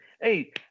hey